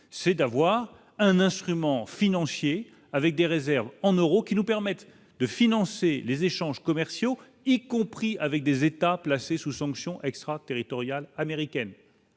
c'est d'avoir un instrument financier, avec des réserves en euros qui nous permettent de financer les échanges commerciaux, y compris avec des États placés sous sanctions extraterritoriales américaines.